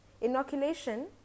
Inoculation